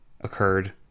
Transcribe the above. occurred